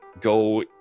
go